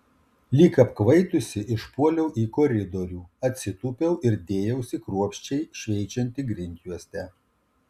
lyg apkvaitusi išpuoliau į koridorių atsitūpiau ir dėjausi kruopščiai šveičianti grindjuostę